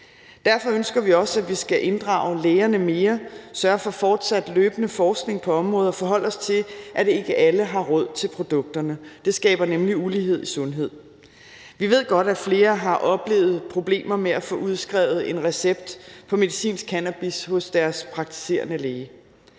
Derfor ønsker vi også, at vi skal inddrage lægerne mere, sørge for fortsat løbende forskning på området og forholde os til, at ikke alle har råd til produkterne. Det skaber nemlig ulighed i sundhed. Vi ved godt, at flere har oplevet problemer med at få udskrevet en recept på medicinsk cannabis hos deres praktiserende læge.